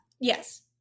Yes